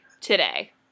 today